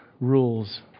rules